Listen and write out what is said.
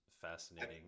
fascinating